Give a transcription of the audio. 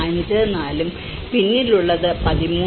54 ഉം പിന്നിലുള്ളത് 13